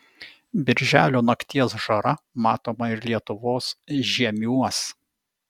birželio nakties žara matoma ir lietuvos žiemiuos